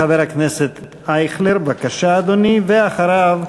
חבר הכנסת אייכלר, בבקשה, אדוני, ואחריו,